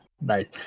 Nice